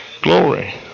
Glory